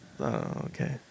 Okay